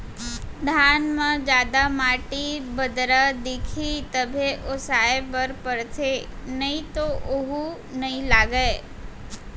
धान म जादा माटी, बदरा दिखही तभे ओसाए बर परथे नइ तो वोहू नइ लागय